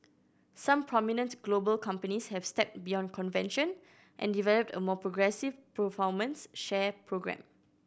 some prominent global companies have stepped beyond convention and developed a more progressive performance share programme